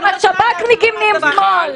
גם השב"כניקים נהיים שמאל.